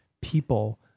people